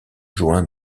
joint